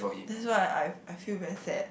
that's why I I feel very sad